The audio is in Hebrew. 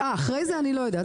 אחרי זה, אני לא יודעת.